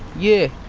yeah,